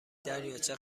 دریاچه